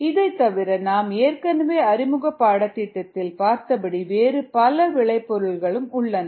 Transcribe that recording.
இதைத் தவிர நாம் ஏற்கனவே அறிமுக பாடத்தில் பார்த்தபடி வேறு பல விளை பொருள்களும் உள்ளன